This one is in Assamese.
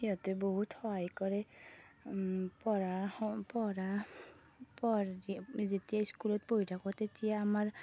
সিহঁতে বহুত সহায় কৰে পঢ়া পঢ়া প যেতিয়া স্কুলত পঢ়ি খাকোঁ তেতিয়া আমাৰ